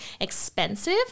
expensive